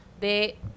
de